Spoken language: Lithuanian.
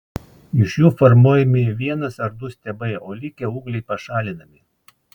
iš jų formuojami vienas ar du stiebai o likę ūgliai pašalinami